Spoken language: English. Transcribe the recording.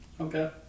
Okay